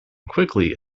quickly